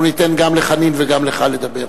אנחנו ניתן גם לחנין וגם לך לדבר.